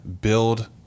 build